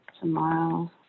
tomorrow